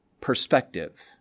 perspective